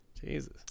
Jesus